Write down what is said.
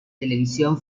televisión